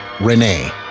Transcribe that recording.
Renee